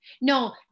No